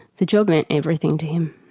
the job meant everything to him.